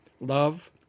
love